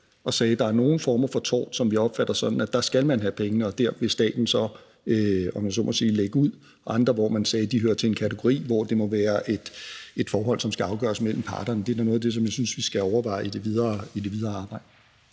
og sagde, at der er nogle former for tort, som vi opfatter sådan, at der skal man have pengene, og der vil staten så, om jeg så må sige, lægge ud. Og der kan være andre former, hvor man sagde, at de hører til i en kategori, hvor det må være et forhold, som skal afgøres mellem parterne. Det er da noget af det, som jeg synes vi skal overveje i det videre arbejde.